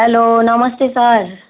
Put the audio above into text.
hello नमस्ते sir